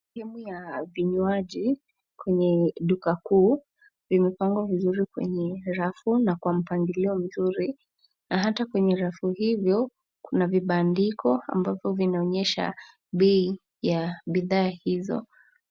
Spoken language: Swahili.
Emyu ya vinywaji kwenye duka kuu imepangwa vizuri kwenye rafu na kwa mpangilio mzuri, ata kwenye rafu hivyo kuna mabandiko ambavyo vinaonenyesha bei ya bidhaa hizo.